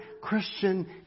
Christian